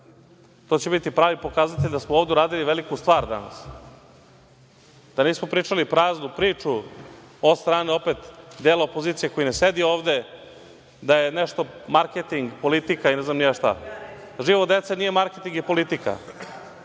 To će biti pravi pokazatelj da smo ovde uradili veliku stvar danas, da nismo pričali praznu priču od strane, opet, dela opozicije koji ne sedi ovde, da je nešto marketing, politika i ne znam ni ja šta. Život dece nije marketing i politika.